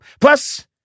Plus